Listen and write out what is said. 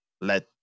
let